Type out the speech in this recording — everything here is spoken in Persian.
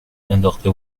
انداخته